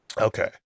Okay